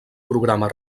programa